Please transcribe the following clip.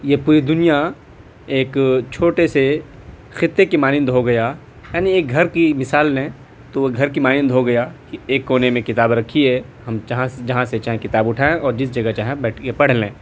یہ پوری دنیا ایک چھوٹے سے خطے کے مانند ہو گیا یعنی ایک گھر کی مثال لیں تو وہ گھر کی مانند ہو گیا کہ ایک کونے میں کتابیں رکھی ہیں ہم جہاں جہاں سے چاہیں کتابیں اٹھاٮٔیں اور جس جگہ چاہیں بیٹھ کے پڑھ لیں